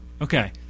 Okay